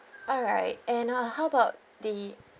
alright and uh how about the